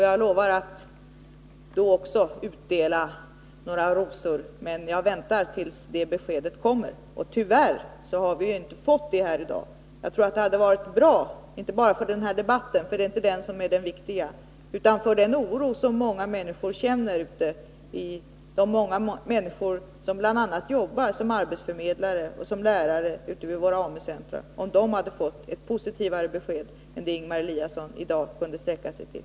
Jag lovar att också då utdela några rosor, men jag väntar tills det beskedet kommer. Tyvärr har vi inte fått något sådant besked här i dag. Det hade varit bra, inte bara för denna debatt — det är inte den som är det väsentliga — utan med tanke på den oro som hyses av många människor, bl.a. av dem som jobbar som arbetsförmedlare och lärare på AMU-centra, om dessa personer hade fått ett positivare besked än det som Ingemar Eliasson i dag kunde sträcka sig till.